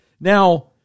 Now